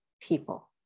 people